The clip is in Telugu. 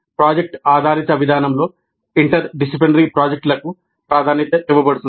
ప్రాజెక్ట్ ఆధారిత విధానంలో ఇంటర్ డిసిప్లినరీ ప్రాజెక్టులకు ప్రాధాన్యత ఇవ్వబడుతుంది